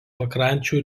pakrančių